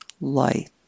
light